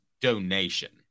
donation